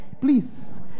please